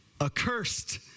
Accursed